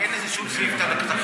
אין לזה שום סעיף תקנוני.